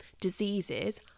diseases